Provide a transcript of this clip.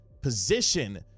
position